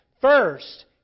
First